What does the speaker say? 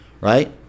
right